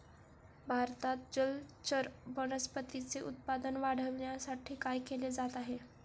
भारतात जलचर वनस्पतींचे उत्पादन वाढविण्यासाठी काय केले जात आहे?